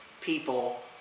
people